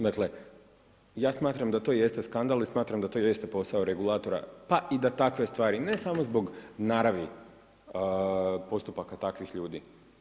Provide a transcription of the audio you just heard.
Dakle ja smatram da to jeste skandal i smatram da to jeste posao regulatora, pa da i takve stvari, ne samo zbog naravi postupaka takvih ljudi.